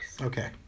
okay